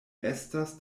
estas